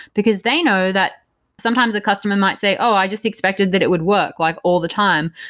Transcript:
because they know that sometimes a customer might say, oh, i just expected that it would work like all the time,